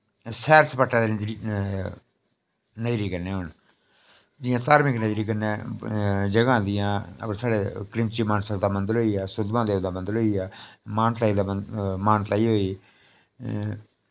सैर सपाटे दे नजरिये कन्नै होन जियां धार्मिक नजरिये कन्नै जगह आंदियां क्रिमची मानसर दा मंदिर होईया सुदमहा देव दा मंदिर होईया मान तलाई दा मंदिर मान तलाई होई